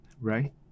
right